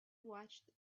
watched